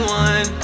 one